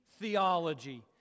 theology